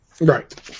Right